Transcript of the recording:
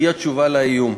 היא התשובה על האיום.